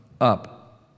up